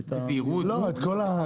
לא, את הכל.